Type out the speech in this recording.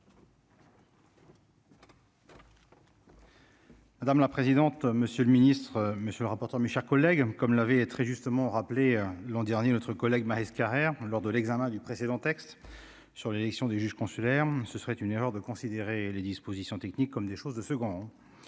Madame la présidente, monsieur le ministre, monsieur le rapporteur, mes chers collègues m'comme l'avait très justement rappelé l'an dernier, notre collègue Maës Carrère lors de l'examen du précédent texte sur l'élection des juges consulaires, ce serait une erreur de considérer les dispositions techniques comme des choses de second